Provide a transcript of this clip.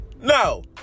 No